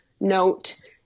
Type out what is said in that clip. note